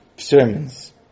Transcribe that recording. Sermons